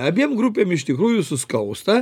abiem grupėm iš tikrųjų suskausta